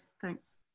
thanks